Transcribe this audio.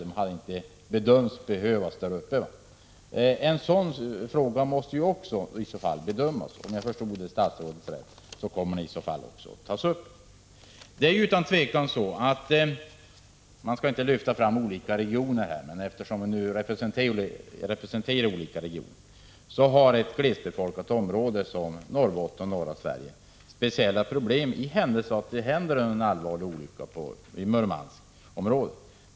Man hade bedömt att sådana inte behövdes där. Detta måste också utvärderas. Om jag förstod statsrådet rätt kommer även denna fråga att tas upp. Vi skall inte här lyfta fram olika regioner, men eftersom vi representerar olika regioner finns det anledning att säga några ord om regionala skillnader. Ett glest befolkat område som Norrbotten och norra Sverige drabbas utan tvivel av speciella problem i händelse av att det inträffar en allvarlig olycka i Murmanskområdet.